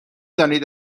دانید